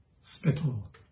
spittle